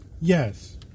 Yes